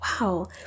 wow